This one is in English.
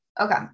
Okay